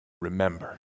remember